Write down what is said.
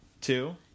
Two